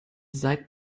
seid